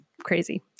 crazy